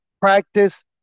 practice